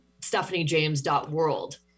stephaniejames.world